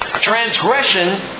Transgression